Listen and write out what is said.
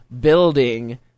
building